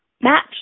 match